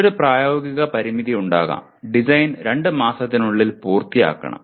മറ്റൊരു പ്രായോഗിക പരിമിതി ഉണ്ടാകാം ഡിസൈൻ രണ്ട് മാസത്തിനുള്ളിൽ പൂർത്തിയാക്കണം